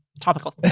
topical